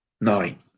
nine